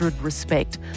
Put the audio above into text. respect